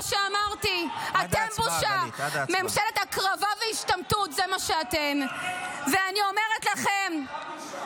עד ההצבעה --- אתה מסייע למטרות לא חוקיות -- חברת הכנסת דיסטל.